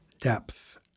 depth